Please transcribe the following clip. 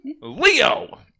leo